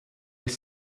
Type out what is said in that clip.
were